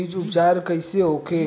बीज उपचार कइसे होखे?